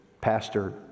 pastor